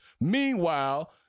Meanwhile